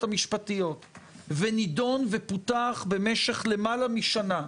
המשפטיות ונידון ופותח במשך למעלה משנה,